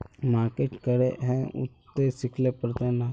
Market करे है उ ते सिखले पड़ते नय?